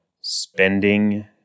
spending